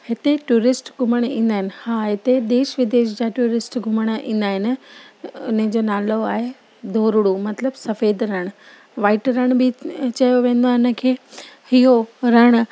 हिते टूरिस्ट घुमणु ईंदा आहिनि हा हिते देश विदेश जा टूरिस्ट घुमणु ईंदा आहिनि उन जो नालो आहे धूरुड़ू मतिलबु सफ़ेद रणु व्हाइट रणु बि चयो वेंदो आहे उन खे इहो रणु